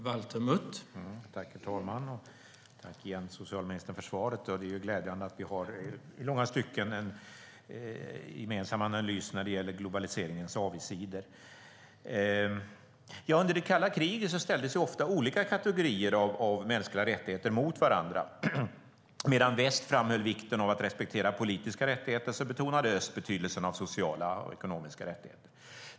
Herr talman! Jag tackar socialministern även för detta. Det är glädjande att vi i långa stycken har en gemensam analys när det gäller globaliseringens avigsidor. Under det kalla kriget ställdes ofta olika kategorier av mänskliga rättigheter mot varandra. Medan väst framhöll vikten av att respektera politiska rättigheter, betonade öst betydelsen av sociala och ekonomiska rättigheter.